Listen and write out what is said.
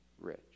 rich